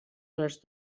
les